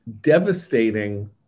devastating